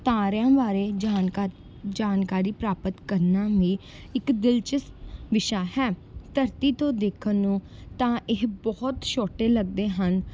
ਤਾਰਿਆਂ ਬਾਰੇ ਜਾਣਕਾ ਜਾਣਕਾਰੀ ਪ੍ਰਾਪਤ ਕਰਨਾ ਵੀ ਇੱਕ ਦਿਲਚਸਪ ਵਿਸ਼ਾ ਹੈ ਧਰਤੀ ਤੋਂ ਦੇਖਣ ਨੂੰ ਤਾਂ ਇਹ ਬਹੁਤ ਛੋਟੇ ਲੱਗਦੇ ਹਨ